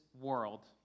world